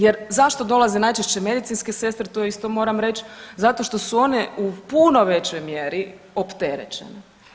Jer zašto dolaze najčešće medicinske sestre to isto moram reći zato što su one u puno većoj mjeri opterećene.